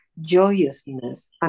joyousness